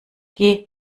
geh